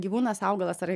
gyvūnas augalas ar